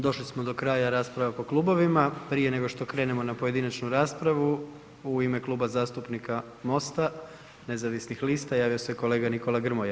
Došli smo do kraja rasprava po klubovima, prije nego što krenemo na pojedinačnu raspravu u ime Kluba zastupnika MOST-a nezavisnih lista javio se kolega Nikola Grmoja.